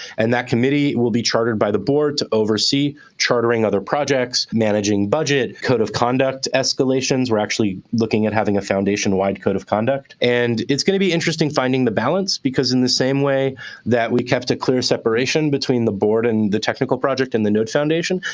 and that committee will be chartered by the board, to oversee chartering other projects, managing budget, code of conduct escalations. we're actually looking at having a foundation-wide code of conduct. and it's going to be interesting finding the balance because, in the same way that we kept a clear separation between the board and the technical project and the node foundation,